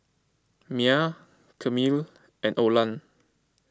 Myah Camille and Olan